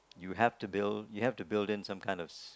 you have to build you have to build in some kind of